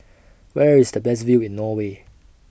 Where IS The Best View in Norway